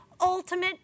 ultimate